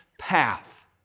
path